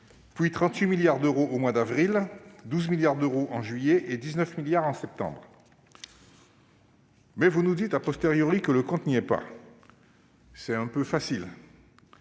puis 38 milliards d'euros au mois d'avril, 12 milliards d'euros en juillet et 19 milliards d'euros en septembre. Mais vous nous dites que le compte n'y est pas. C'est un peu facile